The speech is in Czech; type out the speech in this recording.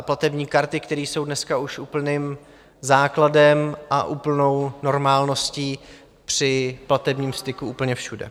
Platební karty, které jsou dneska už úplným základem a úplnou normálností při platebním styku úplně všude.